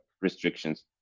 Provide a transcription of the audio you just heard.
restrictions